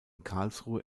karlsruhe